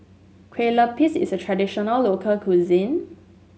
Kueh Lupis is a traditional local cuisine